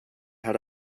had